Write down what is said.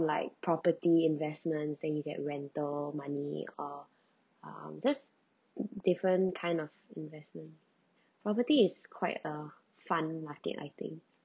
like property investments then you get rental money or um just different kind of investment properties is quiet uh fund market I think